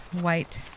white